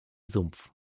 sumpf